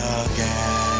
again